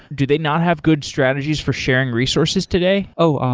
do they not have good strategies for sharing resources today? oh,